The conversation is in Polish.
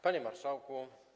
Panie Marszałku!